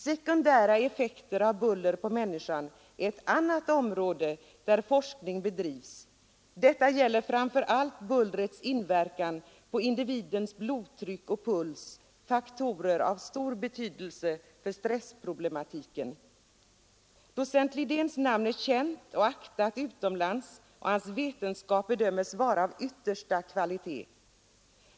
Sekundära effekter av buller på människan är ett annat område där docent Lidén bedriver undersökningar. Det gäller då framför allt bullrets inverkan på individens blodtryck och puls, faktorer som är av stor betydelse för stressproblematiken. Docent Lidéns namn är känt och aktat utomlands, och hans vetenskap bedöms vara av yppersta kvalitet.